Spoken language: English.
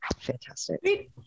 Fantastic